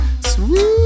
sweet